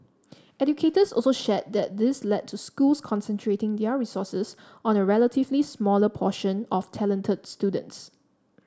educators also shared that this led to schools concentrating their resources on a relatively smaller portion of talented students